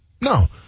No